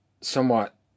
somewhat